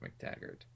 McTaggart